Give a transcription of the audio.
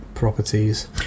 properties